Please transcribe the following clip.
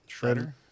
Shredder